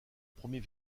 premier